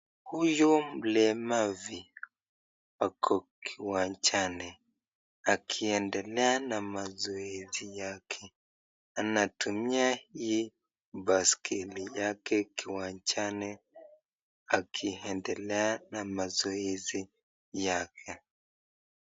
Huyu mlemavu ako kiwanjani akiendelea na mazoezi yake. Anatumia hii baiskeli yake kiwanjani akiendelea na mazoezi yake.